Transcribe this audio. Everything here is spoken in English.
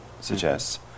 suggests